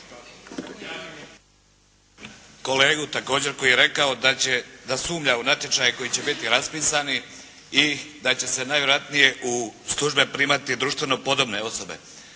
kolegu također koji je rekao da će, da sumnja u natječaj koji će biti raspisani i da će se najvjerojatnije u službe primati društveno podobne osobe.